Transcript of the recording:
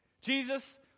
Jesus